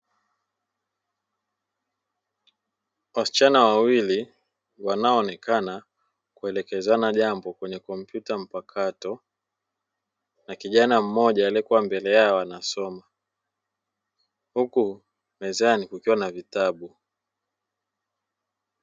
Wasichana wawili wanaoonekana kuelekezana jambo kwenye kompyuta mpakato na kijana mmoja aliyekuwa mbele yao akiwa anasoma huku mezani kukiwa na vitabu.